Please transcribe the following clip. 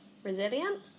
Resilient